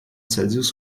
celsius